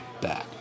back